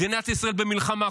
מדינת ישראל במלחמה.